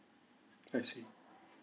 I see